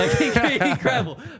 incredible